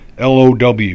LOW